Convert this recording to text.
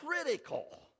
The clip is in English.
critical